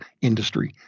industry